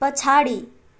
पछाडि